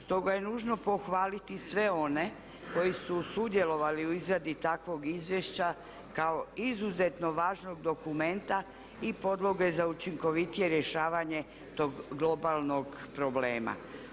Stoga je nužno pohvaliti sve one koji su sudjelovali u izradi takvog izvješća kao izuzetno važnog dokumenta i podloge za učinkovitije rješavanje tog globalnog problema.